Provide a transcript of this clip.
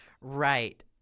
Right